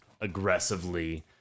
aggressively